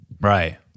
Right